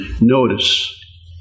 Notice